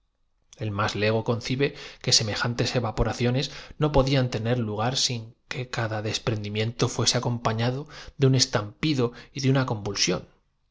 el más lego concibe que semejantes evaporaciones no vamos á contestar á la filosofía la tierra podían tener lugar sin que cada desprendimiento fuese se mueve acompañado de un estampido y de una convulsión